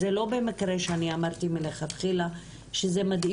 זה לא במקרה שאני אמרתי מלכתחילה שמדאיג